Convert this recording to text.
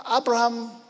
Abraham